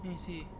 then he say